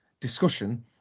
discussion